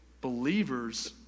believers